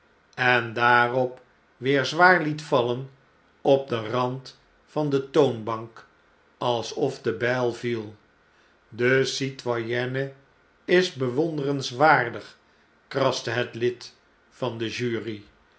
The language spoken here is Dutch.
en daarop weer zwaar liet vallen op den rand van de toonbank alsof de bijl viel de citoyenne is bewonderenswaardig kraste het lid van de jury